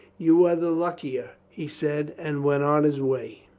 you were the luckier, he said and went on his way.